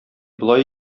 болай